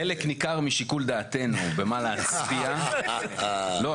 חלק ניכר משיקול דעתנו במה להצביע לא,